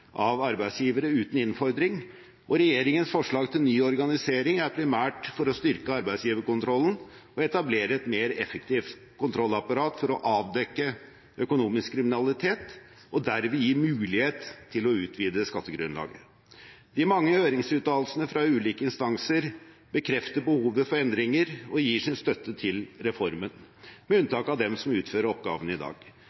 av arbeidsgivere uten innfordring, og regjeringens forslag til ny organisering er primært for å styrke arbeidsgiverkontrollen og etablere et mer effektivt kontrollapparat for å avdekke økonomisk kriminalitet og derved gi mulighet til å utvide skattegrunnlaget. De mange høringsuttalelsene fra ulike instanser bekrefter behovet for endringer og gir sin støtte til reformen, med unntak av dem som utfører oppgaven i dag.